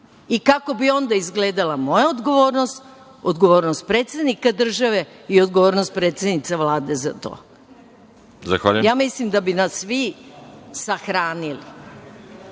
Kako bi onda izgledala moja odgovornost, odgovornost predsednika države i odgovornost predsednice Vlade za to? Ja mislim da bi nas svi